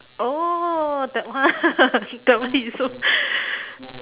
oh that one that one is so